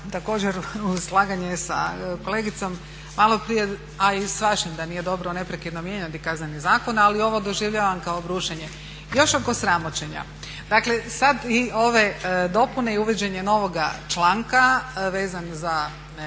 također uz slaganje s kolegicom maloprije, a i s vašim da nije dobro neprekidno mijenjati Kazneni zakon ali ovo doživljavam kao brušenje. Još oko sramoćenja, dakle sad i ove dopune i uvođenje novoga članka vezano za